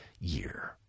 year